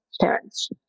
parents